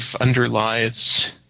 underlies